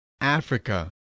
Africa